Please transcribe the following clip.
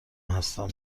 هستم